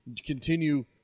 continue